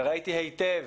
ראיתי היטב